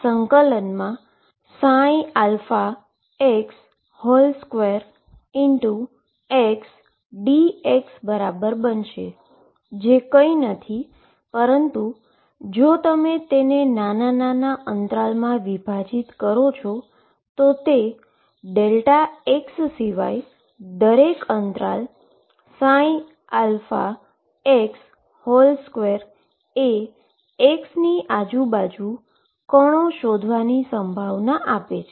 xαα એ ∫2xdx બરાબર બનશે જે કંઇ નથી પરંતુ જો તમે તેને નાના નાના ઈન્ટરવલમાં વિભાજિત કરો છો તો તે x સિવાય દરેક ઈન્ટરવલ 2 એ xની આજુબાજુ પાર્ટીકલ શોધવાની પ્રોબેબીલીટી આપે છે